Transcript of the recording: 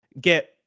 get